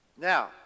Now